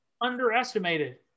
underestimated